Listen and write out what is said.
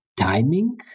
timing